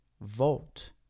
vote